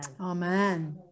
Amen